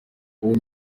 ubu